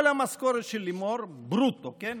כל המשכורת של לימור, ברוטו, כן,